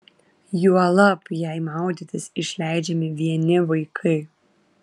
juolab jei maudytis išleidžiami vieni vaikai